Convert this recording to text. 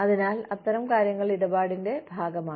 അതിനാൽ അത്തരം കാര്യങ്ങൾ ഇടപാടിന്റെ ഭാഗമാണ്